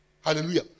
Hallelujah